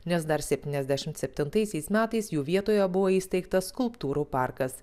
nes dar septyniasdešimt septintaisiais metais jų vietoje buvo įsteigtas skulptūrų parkas